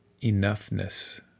enoughness